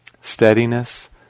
steadiness